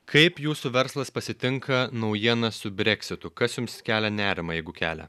kaip jūsų verslas pasitinka naujienas su breksitu kas jums kelia nerimą jeigu kelia